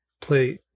play